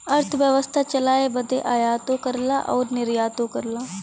अरथबेवसथा चलाए बदे आयातो करला अउर निर्यातो करला